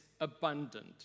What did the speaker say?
abundant